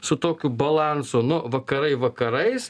su tokiu balansu nu vakarai vakarais